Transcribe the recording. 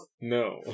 no